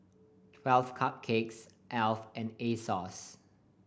Twelve Cupcakes Alf and Asos